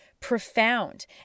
profound